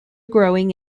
growing